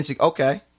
Okay